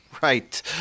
Right